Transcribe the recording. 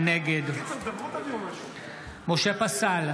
נגד משה פסל,